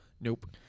Nope